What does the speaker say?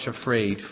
afraid